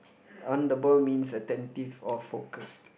on the ball means attentive or focused